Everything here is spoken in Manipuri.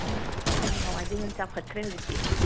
ꯏꯃꯥꯍ ꯑꯗꯨꯗꯤ ꯅꯍꯥꯟꯋꯥꯏꯗꯒꯤ ꯍꯦꯟꯅ ꯆꯥꯎꯈꯠꯈ꯭ꯔꯦ ꯍꯧꯖꯤꯛꯇꯤ